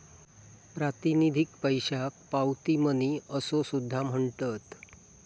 प्रातिनिधिक पैशाक पावती मनी असो सुद्धा म्हणतत